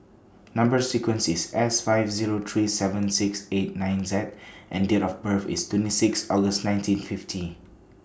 Number sequence IS S five Zero three seven six eight nine Z and Date of birth IS twenty six August nineteen fifty